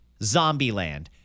Zombieland